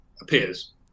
appears